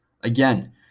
Again